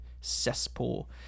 cesspool